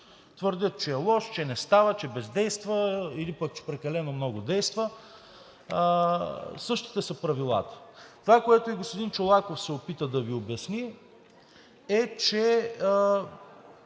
твърдят, че е лош, че не става, че бездейства или пък че прекалено много действа. Същите са Правилата. Това, което и господин Чолаков се опита да Ви обясни, е, че